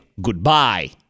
goodbye